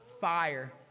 Fire